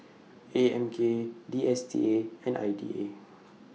A M K D S T A and I D A